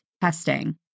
testing